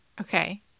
Okay